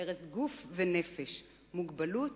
הרס גוף ונפש, מוגבלות